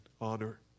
honor